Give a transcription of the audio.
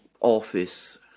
office